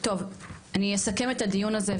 אני אסכם את הדיון הזה,